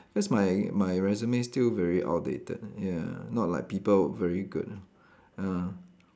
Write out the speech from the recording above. cause my my resume still very outdated ya not like people very good ah ah